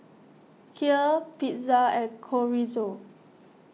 Kheer Pizza and Chorizo